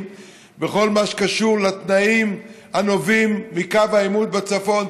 בכל מה שקשור לתנאים הנובעים מקו העימות בצפון,